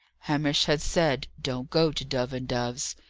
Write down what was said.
hamish had said, don't go to dove and dove's.